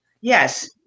Yes